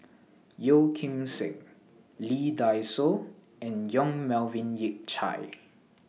Yeo Kim Seng Lee Dai Soh and Yong Melvin Yik Chye